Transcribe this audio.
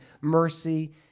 mercy